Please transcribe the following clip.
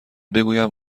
بگویم